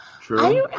true